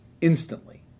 instantly